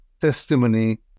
testimony